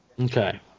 Okay